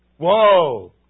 Whoa